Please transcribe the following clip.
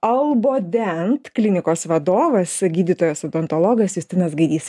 albodent klinikos vadovas gydytojas odontologas justinas gaidys